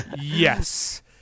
Yes